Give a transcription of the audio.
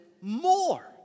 more